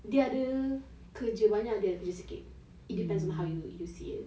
dia ada kerja mana ada kerja sikit it depends on how you see it